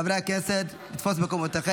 חברי הכנסת, לתפוס את מקומותיכם.